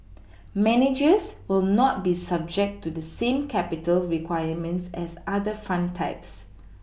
managers will not be subject to the same capital requirements as other fund types